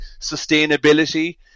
sustainability